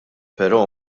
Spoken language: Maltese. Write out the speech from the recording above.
però